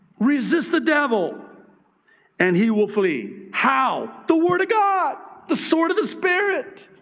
resist the devil and he will flee. how? the word of god, the sword of the spirit.